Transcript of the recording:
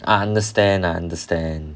I understand I understand